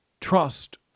trust